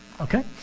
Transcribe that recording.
okay